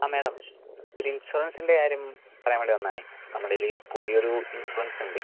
ആ മാഡം ഒരു ഇൻഷുറൻസിൻ്റെ കാര്യം പറയാൻ വേണ്ടി വന്നതാണേ നമ്മുടെ കയ്യിൽ പുതിയ ഒരു ഇൻഷുറൻസ് ഉണ്ട്